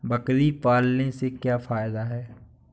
बकरी पालने से क्या फायदा है?